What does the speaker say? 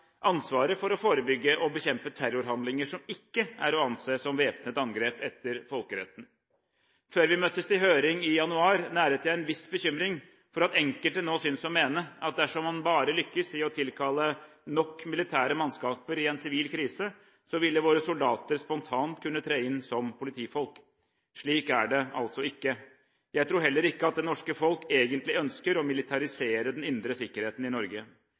ansvaret for å forebygge og bekjempe terrorhandlinger som ikke er å anse som væpnet angrep etter folkeretten. Før vi møttes til høring i januar, næret jeg en viss bekymring for at enkelte nå synes å mene at dersom man bare lykkes i å tilkalle nok militære mannskaper i en sivil krise, ville våre soldater spontant kunne tre inn som politifolk. Slik er det altså ikke. Jeg tror heller ikke at det norske folk egentlig ønsker å militarisere den indre sikkerheten i Norge.